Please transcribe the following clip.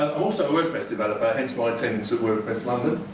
also a wordpress developer, hence my attendance at wordpress london.